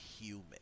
human